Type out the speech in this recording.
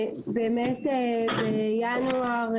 באמת ב-26 בינואר,